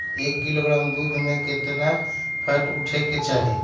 एक किलोग्राम दूध में केतना फैट उठे के चाही?